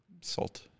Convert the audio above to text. salt